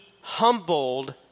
humbled